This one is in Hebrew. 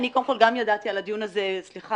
מן הסתם משרד החינוך נותן הרשאה